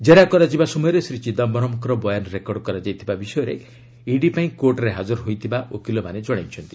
ଜେରା କରାଯିବା ସମୟରେ ଶ୍ରୀ ଚିଦାମ୍ଘରମ୍ଙ୍କର ବୟାନ ରେକର୍ଡ କରାଯାଇଥିବା ବିଷୟରେ ଇଡି ପାଇଁ କୋର୍ଟ୍ରେ ହାଜର ହୋଇଥିବା ଓକିଲମାନେ ଜଣାଇଛନ୍ତି